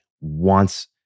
Wants